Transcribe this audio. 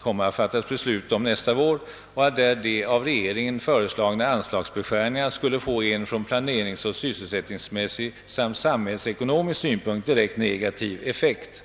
skall beslutas nästa vår och där de av regeringen föreslagna anslagsbeskärningarna skulle få en från planeringsoch sysselsättningsmässig samt samhällsekonomisk synpunkt direkt negativ effekt.